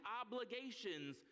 obligations